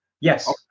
yes